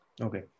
Okay